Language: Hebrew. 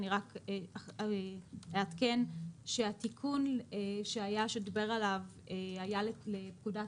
אעדכן שהתיקון עליו הוא דיבר היה לפקודת